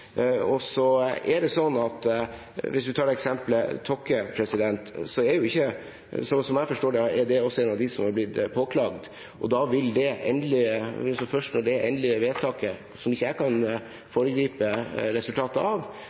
og de skal følges opp. Hvis man tar eksempelet Tokke, er det, slik jeg forstår det, en av dem som er blitt påklaget, og da vil det endelige vedtaket, som jeg ikke kan foregripe resultatet av,